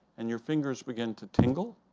and your fingers begin to tingle.